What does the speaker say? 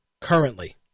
currently